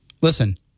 Listen –